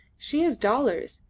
she has dollars,